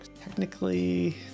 Technically